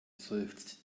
seufzt